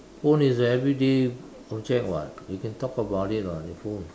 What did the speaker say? phone is everyday object [what] you can talk about it [what] your phone